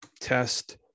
Test